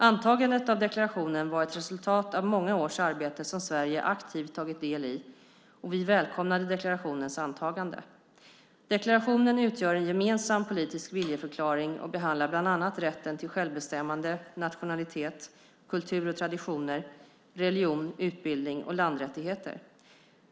Antagandet av deklarationen var ett resultat av många års arbete som Sverige aktivt tagit del i, och vi välkomnade deklarationens antagande. Deklarationen utgör en gemensam politisk viljeförklaring och behandlar bland annat rätten till självbestämmande, nationalitet, kultur och traditioner, religion, utbildning och landrättigheter.